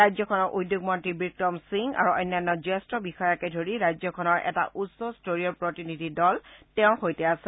ৰাজ্যখনৰ উদ্যোগমন্তী বিক্ৰম সিং আৰু অন্যান্য জ্যেষ্ঠ বিষয়াকে ধৰি ৰাজ্যখনৰ এটা উচ্চস্তৰীয় প্ৰতিনিধি দল তেওঁৰ সৈতে আছে